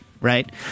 right